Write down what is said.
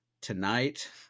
tonight